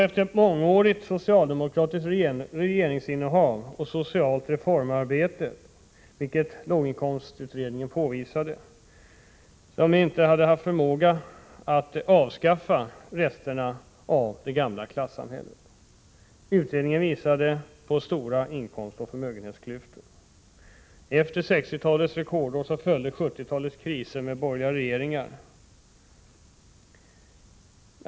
Ett mångårigt socialdemokratiskt regeringsinnehav och socialt reformarbete hade, vilket låginkomstutredningen påvisade, inte haft förmåga att avskaffa resterna av det gamla klassamhället. Utredningen visade stora inkomstoch förmögenhetsklyftor. Efter 1960-talets rekordår följde 1970 talets kriser och borgerliga regeringar.